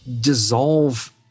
dissolve